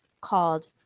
called